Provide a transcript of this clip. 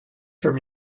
from